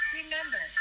remember